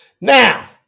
Now